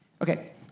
Okay